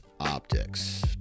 optics